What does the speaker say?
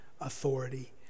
authority